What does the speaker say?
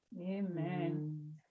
Amen